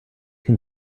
can